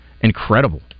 incredible